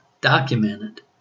documented